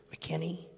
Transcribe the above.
McKinney